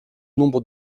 nombre